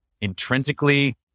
intrinsically